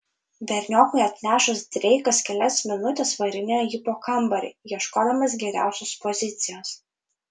berniokui atnešus dreikas kelias minutes varinėjo jį po kambarį ieškodamas geriausios pozicijos